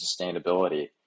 sustainability